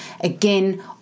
again